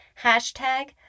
Hashtag